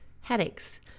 headaches